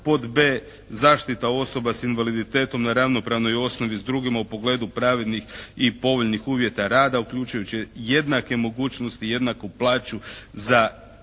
pod b) zaštita osoba s invaliditetom na ravnopravnoj osnovi s drugima u pogledu pravednih i povoljnih uvjeta rada uključujući jednake mogućnosti, jednaku plaću za